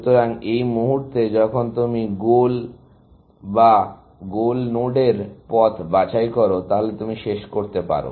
সুতরাং এই মুহুর্তে যখন তুমি গোল নোড বা গোল নোডের পথ বাছাই করো তাহলে তুমি শেষ করতে পারো